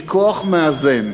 שהיא כוח מאזן.